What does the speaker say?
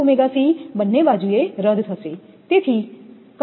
કારણ કે બંને બાજુએ રદ થશે